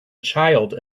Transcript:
child